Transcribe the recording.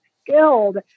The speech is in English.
skilled